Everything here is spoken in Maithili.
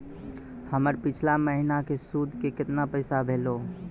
हमर पिछला महीने के सुध के केतना पैसा भेलौ?